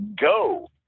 go